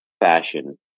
fashion